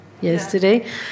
yesterday